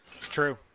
True